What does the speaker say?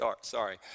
Sorry